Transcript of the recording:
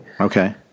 Okay